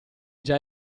già